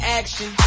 action